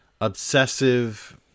obsessive